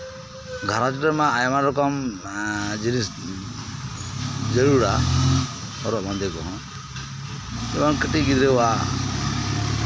ᱜᱷᱟᱸᱨᱚᱡ ᱨᱮᱢᱟ ᱟᱭᱢᱟ ᱨᱚᱠᱚᱢ ᱡᱤᱱᱤᱥ ᱡᱟᱹᱨᱩᱲᱟ ᱦᱚᱨᱚᱜ ᱵᱟᱸᱫᱮ ᱠᱚᱦᱚᱸ ᱮᱵᱚᱝ ᱠᱟᱹᱴᱤᱡ ᱜᱤᱫᱽᱨᱟᱹᱣᱟᱜ